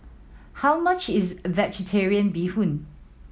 how much is Vegetarian Bee Hoon